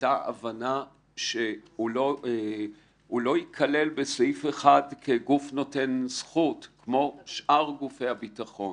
הייתה הבנה שהוא לא ייכלל בסעיף 1 כגוף נותן זכות כמו שאר גופי הביטחון.